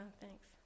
thanks